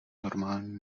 normální